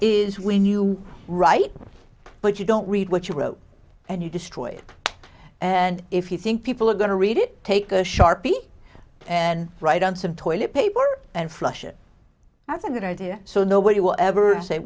is when you write but you don't read what you wrote and you destroy it and if you think people are going to read it take a sharpie and write on some toilet paper and flush it that's a good idea so nobody will ever say